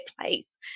place